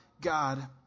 God